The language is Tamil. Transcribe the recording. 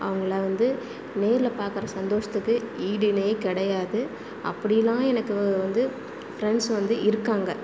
அவங்கள வந்து நேரில் பார்க்குற சந்தோஷத்துக்கு ஈடு இணையே கிடையாது அப்படில்லாம் எனக்கு வந்து ஃப்ரண்ட்ஸ் வந்து இருக்காங்க